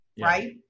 right